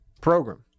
program